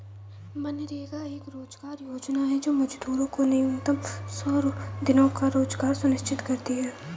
मनरेगा एक रोजगार योजना है जो मजदूरों को न्यूनतम सौ दिनों का रोजगार सुनिश्चित करती है